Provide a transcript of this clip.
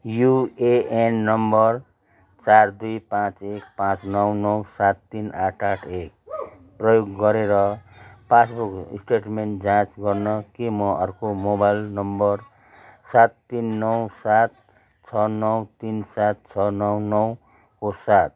UAN number चार दुई पाँच एक पाँच नौ नौ सात तिन आठ आठ एक प्रयोग गरेर पासबुक स्टेटमेन्ट जाँच गर्न के म अर्को मोबाइल नम्बर सात तिन नौ सात छ नौ तिन सात छ नौ नौको साथ